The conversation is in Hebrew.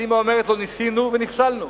קדימה אומרת לו: ניסינו ונכשלנו.